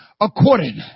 according